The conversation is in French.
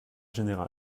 générale